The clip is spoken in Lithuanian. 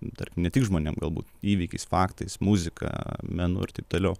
dar ne tik žmonėm galbūt įvykiais faktais muzika menu ir taip toliau